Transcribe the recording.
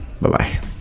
Bye-bye